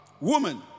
woman